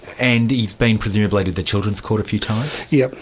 and he's been presumably to the children's court a few times? yes.